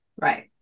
Right